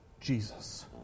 Jesus